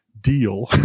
deal